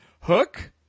Hook